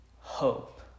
hope